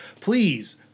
Please